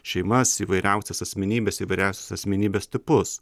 šeimas įvairiausias asmenybes įvairius asmenybės tipus